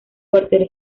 cuartel